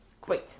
great